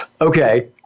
Okay